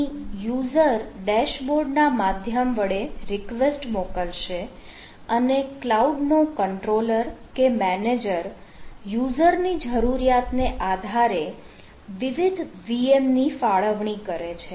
અહીં user dashboard ના માધ્યમ વડે રિક્વેસ્ટ મોકલશે અને ક્લાઉડનો કંટ્રોલર કે મેનેજર યુઝરની જરૂરિયાતને આધારે વિવિધ VM ની ફાળવણી કરે છે